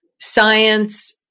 science